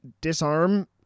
disarm